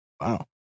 wow